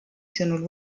sõnul